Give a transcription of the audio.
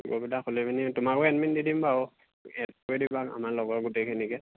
group এটা খুলে পিনি তোমাকো এডমিন দি দিম বাৰু এড কৰি দিবা আমাৰ লগৰ গোটেইখিনিকে